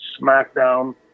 SmackDown